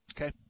Okay